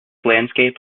landscape